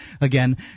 again